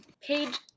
page